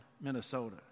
Minnesota